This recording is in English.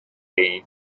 been